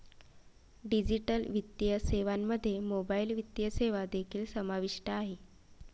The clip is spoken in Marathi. डिजिटल वित्तीय सेवांमध्ये मोबाइल वित्तीय सेवा देखील समाविष्ट आहेत